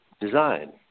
design